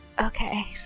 Okay